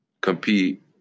compete